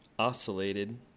oscillated